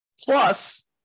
Plus